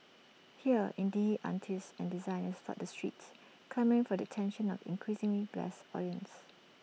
here indie artists and designers flood the streets clamouring for the attention of increasingly blase audiences